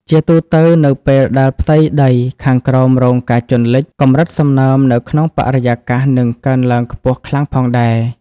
ជាទូទៅ នៅពេលដែលផ្ទៃដីខាងក្រោមរងការជន់លិច កម្រិតសំណើមនៅក្នុងបរិយាកាសនឹងកើនឡើងខ្ពស់ខ្លាំងផងដែរ។